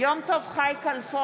יום טוב חי כלפון,